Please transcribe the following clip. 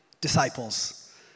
disciples